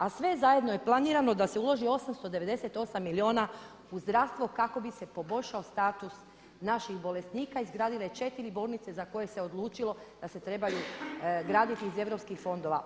A sve zajedno je planirano da se uloži 898 milijuna u zdravstvo kako bi se poboljšao status naših bolesnika izgradile 4 bolnice za koje se odlučilo da se trebaju graditi iz europskih fondova.